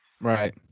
right